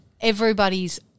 everybody's